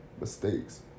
mistakes